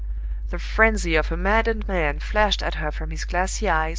the frenzy of a maddened man flashed at her from his glassy eyes,